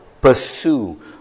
pursue